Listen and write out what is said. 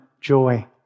joy